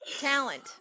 Talent